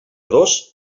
dos